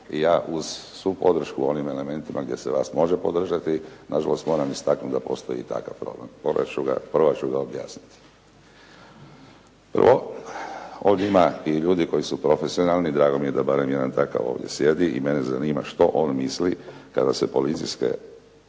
i ja uz svu podršku u onim elementima gdje se vas može podržati, na žalost moram istaknuti da postoji i takav problem. Probat ću ga objasniti. Prvo, ovdje ima i ljudi koji su profesionalni. Drago mi je da barem jedan takav ovdje sjedi i mene zanima što on misli kada se policijske,